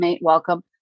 welcome